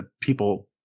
people